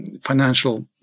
financial